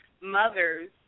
mothers